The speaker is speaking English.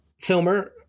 Filmer